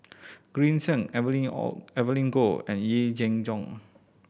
Green Zeng Evelyn O Evelyn Goh and Yee Jenn Jong